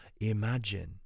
imagine